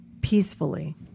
peacefully